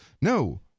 No